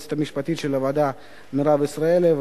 ליועצת המשפטית של הוועדה מירב ישראלי,